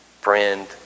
friend